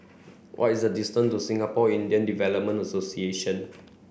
what is the distance to Singapore Indian Development Association